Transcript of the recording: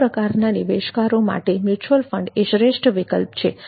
આ પ્રકારના નિવેશકારો માટે મ્યુચ્યુઅલ ફંડ એ શ્રેષ્ઠ વિકલ્પ છે